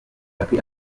lucky